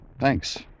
Thanks